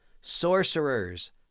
sorcerers